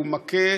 הוא מכה,